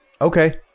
Okay